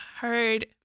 heard